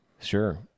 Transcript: sure